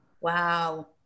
Wow